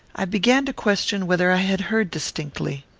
i began to question whether i had heard distinctly.